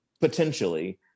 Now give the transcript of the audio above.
potentially